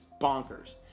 bonkers